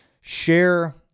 share